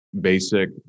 basic